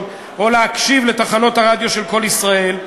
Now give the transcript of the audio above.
או להקשיב לתחנות הרדיו של "קול ישראל",